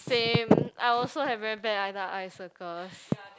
same I also have very bad under eye circles